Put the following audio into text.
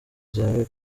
zawe